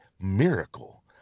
miracle